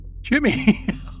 Jimmy